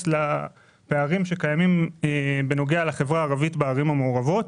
לפערים בנוגע לחברה הערבית בערים המעורבות.